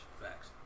Facts